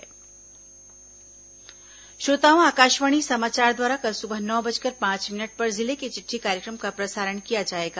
जिले की चिट़ठी श्रोताओं आकाशवाणी समाचार द्वारा कल सुबह नौ बजकर पांच मिनट पर जिले की चिट्ठी कार्यक्रम का प्रसारण किया जाएगा